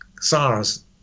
SARS